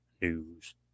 News